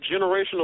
generational